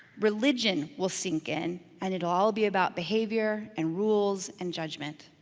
religion will sink in and it'll all be about behavior and rules and judgment,